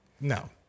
no